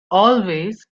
always